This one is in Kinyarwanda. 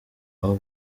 aho